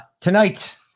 Tonight